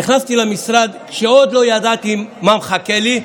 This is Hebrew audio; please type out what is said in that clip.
נכנסתי למשרד, כשעוד לא ידעתי מה מחכה לי,